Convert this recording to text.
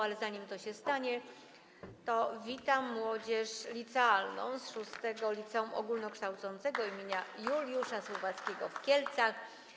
Ale zanim to się stanie, witam młodzież licealną z VI Liceum Ogólnokształcącego im. Juliusza Słowackiego w Kielcach.